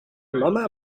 mama